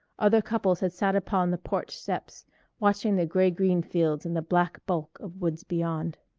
other couples had sat upon the porch steps watching the gray-green fields and the black bulk of woods beyond.